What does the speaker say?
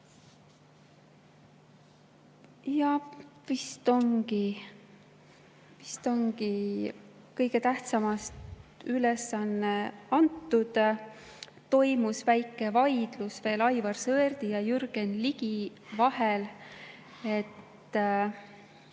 Vist ongi kõige tähtsamast ülevaade antud. Toimus väike vaidlus Aivar Sõerdi ja Jürgen Ligi vahel, et